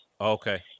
Okay